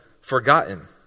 forgotten